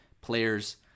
players